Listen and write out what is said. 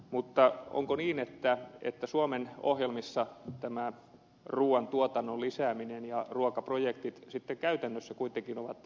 mutta onko niin että suomen ohjelmissa tämä ruuan tuotannon lisääminen ja ruokaprojektit sitten käytännössä kuitenkin ovat lisääntyneet